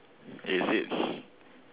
is it